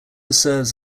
serves